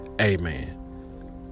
Amen